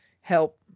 help